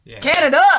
Canada